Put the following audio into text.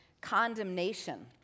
condemnation